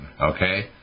okay